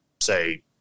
say